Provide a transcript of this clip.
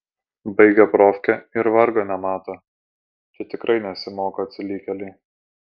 baigia profkę ir vargo nemato čia tikrai nesimoko atsilikėliai